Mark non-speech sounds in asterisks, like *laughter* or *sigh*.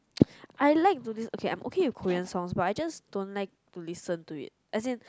*noise* I like to lis~ okay I'm okay with Korean songs but I just don't like to listen to it as in